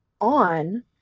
on